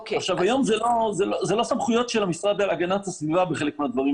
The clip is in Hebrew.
היום זה לא הסמכויות של הגנת הסביבה בחלק מהדברים,